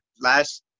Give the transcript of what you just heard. last